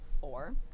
four